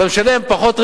אתה משלם פחות ריבית.